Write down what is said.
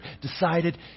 decided